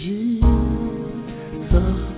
Jesus